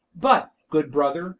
but, good brother,